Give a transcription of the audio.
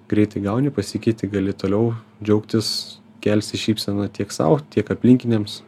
greitai gauni pasikeiti gali toliau džiaugtis kelsi šypseną tiek sau tiek aplinkiniams